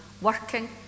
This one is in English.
working